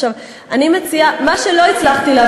צריך ללכת לכיוון הזה.